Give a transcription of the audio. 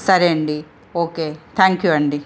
సరే అండి okay thank you అండి